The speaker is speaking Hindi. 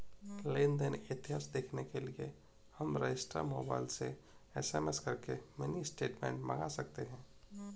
लेन देन इतिहास देखने के लिए हम रजिस्टर मोबाइल से एस.एम.एस करके मिनी स्टेटमेंट मंगा सकते है